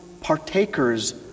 partakers